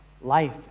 life